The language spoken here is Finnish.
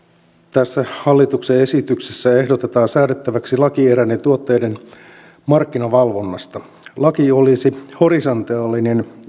tässä hallituksen esityksessä ehdotetaan säädettäväksi laki eräiden tuotteiden markkinavalvonnasta laki olisi horisontaalinen